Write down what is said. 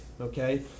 okay